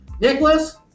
Nicholas